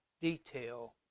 detail